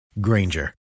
Granger